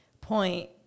point